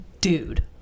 dude